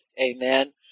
Amen